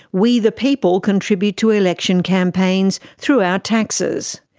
we the people contribute to election campaigns through our taxes.